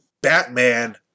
Batman